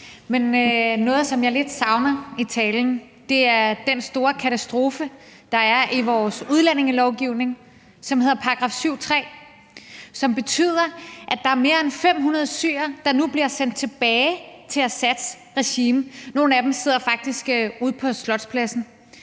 noget, som jeg lidt savner i talen, er om den store katastrofe, der er i vores udlændingelovgivning, som hedder § 7, 3, som betyder, at der er mere end 500 syrere, der nu bliver sendt tilbage til Assads regime, og nogle af dem sidder faktisk ude på Slotspladsen.